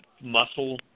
muscle